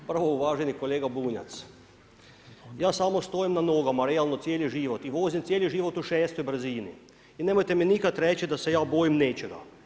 Prvo uvaženi kolega Bunjac, ja samo stojim na nogama, realno cijeli život i vozim cijeli život u šestoj brzini i nemojte mi nikad reći da se ja bojim nečega.